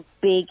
big